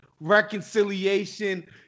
reconciliation